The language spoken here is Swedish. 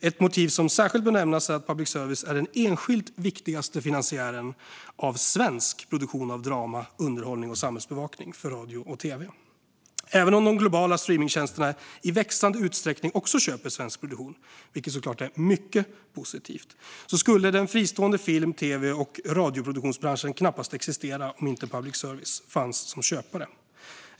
Ett motiv som särskilt bör nämnas är att public service är den enskilt viktigaste finansiären av svensk produktion av drama, underhållning och samhällsbevakning för radio och tv. Även om de globala streamingtjänsterna i växande utsträckning också köper svensk produktion, vilket såklart är mycket positivt, skulle den fristående film, tv och radioproduktionsbranschen knappast existera om inte public service fanns som köpare.